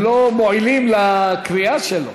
אתם לא מועילים לקריאה שלו.